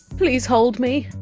please hold me.